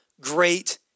great